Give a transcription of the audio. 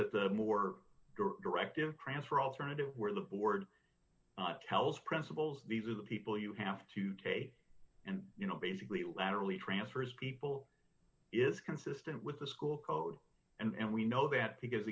that the more directive transfer alternative where the board tells principals these are the people you have to take and you know basically laterally transfers people is consistent with the school code and we know that because